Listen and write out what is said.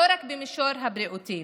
לא רק במישור הבריאותי